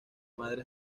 madre